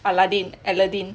aladdin aladdin